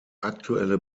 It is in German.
aktuelle